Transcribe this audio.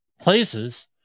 places